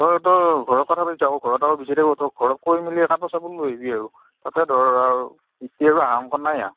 নহয় তোৰ ঘৰৰ কথা ঘৰত আকৌ বিচাৰি থাকিব তই ঘৰত কৈ মেলি কাপোৰ চাপোৰ লৈ আহিবি আৰু তাতে ধৰ এতিয়া আৰু অহাৰ অঙ্ক নাই